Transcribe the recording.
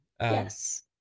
Yes